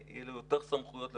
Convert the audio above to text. יהיו לו יותר סמכויות לבטיחות.